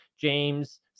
James